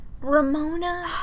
ramona